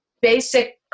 basic